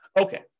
Okay